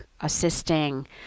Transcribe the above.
assisting